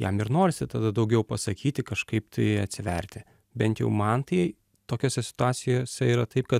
jam ir norisi tada daugiau pasakyti kažkaip tai atsiverti bent jau man tai tokiose situacijose yra taip kad